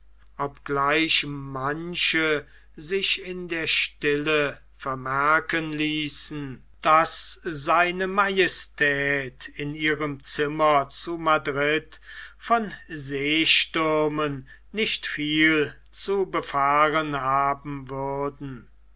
obgleich manche sich in der stille vermerken ließen daß se majestät in ihrem zimmer zu madrid von seestürmen nicht viel zu befahren haben würden